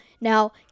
Now